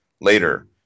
later